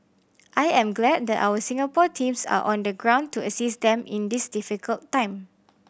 I am glad that our Singapore teams are on the ground to assist them in this difficult time